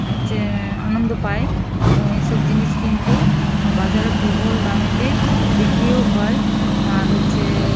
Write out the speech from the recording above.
হচ্ছে আনন্দ পায় এবং এই সব জিনিস কিন্তু বাজারে প্রবল দামেতে বিক্রিও হয় আর হচ্ছে